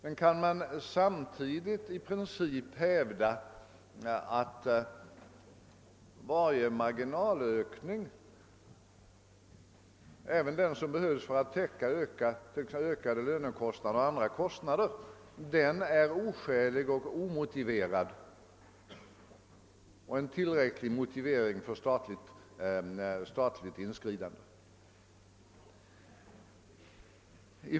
Men kan man då samtidigt i princip hävda att varje marginalökning inom distributionen, även den som behövs för att täcka ökade lönekostnader och andra kostnader, är oskälig och utgör en tillräcklig motivering för ett statligt ingripande?